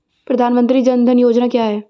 प्रधानमंत्री जन धन योजना क्या है?